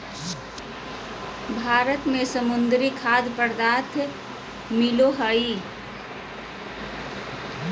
भारत में समुद्री खाद्य पदार्थ मिलो हइ